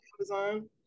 Amazon